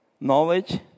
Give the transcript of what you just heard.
knowledge